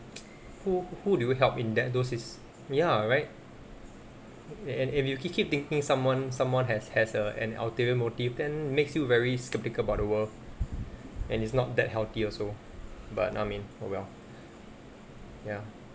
who who do you help in that those is ya right and and if you keep keep thinking someone someone has has err an ulterior motive then makes you very skeptical about the world and it's not that healthy also but I mean oh well ya